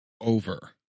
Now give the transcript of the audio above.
over